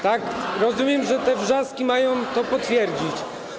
Tak, rozumiem, że te wrzaski mają to potwierdzić.